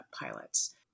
pilots